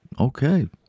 Okay